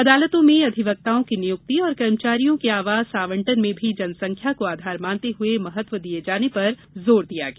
अदालतों में अधिवक्ताओं की नियुक्ति और कर्मचारियों के आवास आवंटन में भी जनसंख्या को आधार मानते हए महत्व दिये जाने पर जोर दिया गया